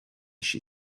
she